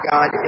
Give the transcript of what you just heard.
God